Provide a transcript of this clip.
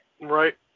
Right